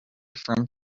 from